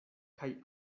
kaj